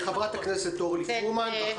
חברת הכנסת פרומן, בבקשה.